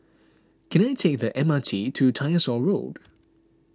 can I take the M R T to Tyersall Road